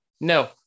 no